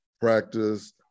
practice